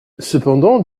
cependant